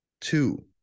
Two